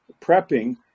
prepping